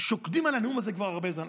שוקדים על הנאום הזה הרבה זמן.